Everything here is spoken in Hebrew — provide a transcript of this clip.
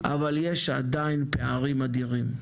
אבל יש עדיין פערים אדירים.